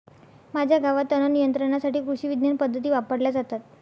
माझ्या गावात तणनियंत्रणासाठी कृषिविज्ञान पद्धती वापरल्या जातात